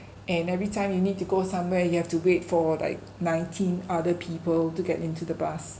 and everytime you need to go somewhere you have to wait for like nineteen other people to get into the bus